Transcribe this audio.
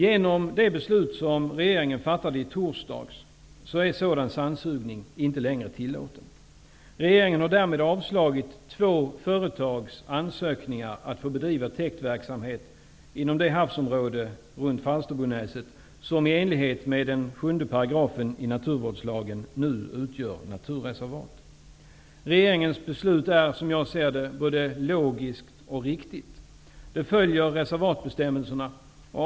Genom det beslut som regeringen fattade i torsdags är sådan sandsugning inte längre tillåten. Regeringen har därmed avslagit två företags ansökningar att få bedriva täktverksamhet inom det havsområde runt Falsterbonäset som i enlighet med 7 § naturvårdslagen nu utgör naturreservat. Regeringens beslut är, som jag ser det, både logiskt och riktigt. Det följer reservatbestämmelserna.